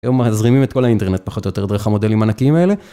היום מזרימים את כל האינטרנט, פחות או יותר, דרך המודלים הענקיים האלה.